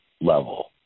level